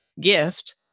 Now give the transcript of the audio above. gift